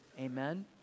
Amen